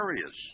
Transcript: areas